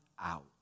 out